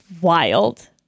wild